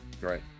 Right